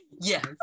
Yes